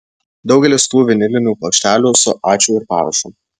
daugelis tų vinilinių plokštelių su ačiū ir parašu